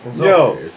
Yo